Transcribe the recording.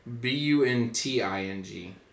b-u-n-t-i-n-g